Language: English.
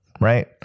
right